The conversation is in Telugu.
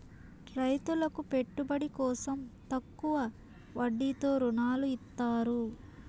రైతులకు పెట్టుబడి కోసం తక్కువ వడ్డీతో ఋణాలు ఇత్తారు